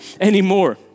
anymore